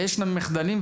ויש מחדלים.